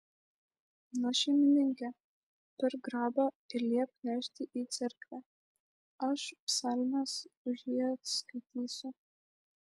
na šeimininke pirk grabą ir liepk nešti į cerkvę aš psalmes už jį atskaitysiu